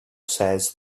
says